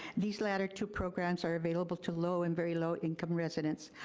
these latter two programs are available to low and very low income residents.